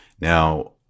Now